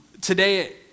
today